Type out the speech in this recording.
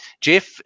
Jeff